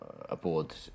aboard